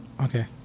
Okay